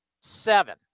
Seven